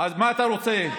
מה אתה רוצה?